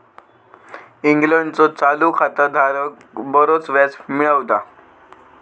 इंग्लंडचो चालू खाता धारक बरोच व्याज मिळवता